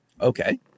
Okay